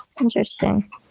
Interesting